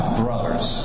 brothers